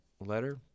letter